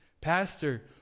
Pastor